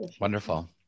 Wonderful